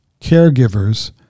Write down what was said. caregivers